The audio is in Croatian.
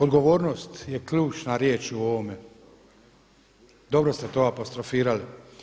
Odgovornost je ključna riječ u ovome, dobro ste to apostrofirali.